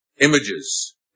images